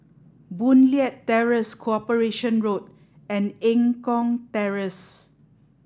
Boon Leat Terrace Corporation Road and Eng Kong Terrace